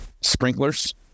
sprinklers